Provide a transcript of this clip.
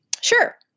Sure